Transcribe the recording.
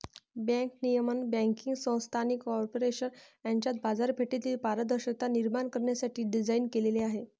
bank नियमन banking संस्था आणि कॉर्पोरेशन यांच्यात बाजारपेठेतील पारदर्शकता निर्माण करण्यासाठी डिझाइन केलेले आहे